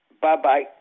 Bye-bye